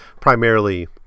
primarily